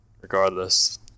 regardless